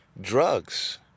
drugs